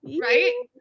right